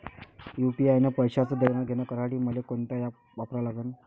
UPI न पैशाचं देणंघेणं करासाठी मले कोनते ॲप वापरा लागन?